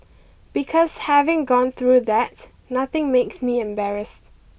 because having gone through that nothing makes me embarrassed